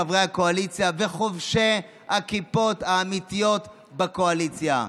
חברי הקואליציה וחובשי הכיפות האמיתיות בקואליציה,